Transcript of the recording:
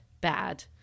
bad